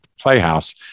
Playhouse